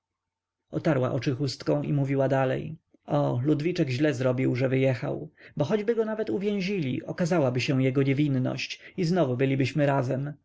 otarła oczy chustką i mówiła dalej o ludwiczek źle zrobił że wyjechał bo choćby go nawet uwięzili okazałaby się jego niewinność i znowu bylibyśmy razem